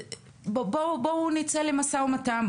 בואו נצא למשא ומתן,